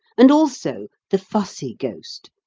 and also the fussy ghost,